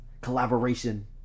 collaboration